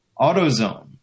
AutoZone